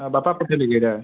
ଆଉ ବାପା ପଠେଇଦେବେ ହେଟା